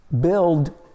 Build